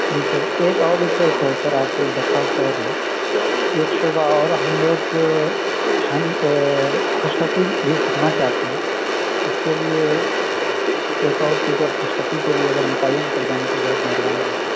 جی sir ایک اور request ہے سر آپ سے ایک درخواست اور ہے ایک شعبہ اور ہم لوگوں کو ہینڈ آ خوشخطی بھی سیکھنا چاہتے ہیں اُس کے لئے ایک اور ٹیچر خوشخطی کے لئے اگر متعین کر دیں گے تو بہت مہربانی ہوگی